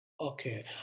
Okay